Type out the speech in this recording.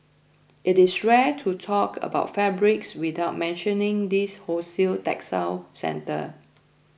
it is rare to talk about fabrics without mentioning this wholesale textile centre